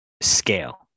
scale